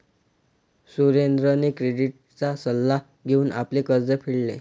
सुरेंद्रने क्रेडिटचा सल्ला घेऊन आपले कर्ज फेडले